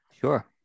sure